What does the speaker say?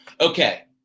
okay